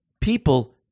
People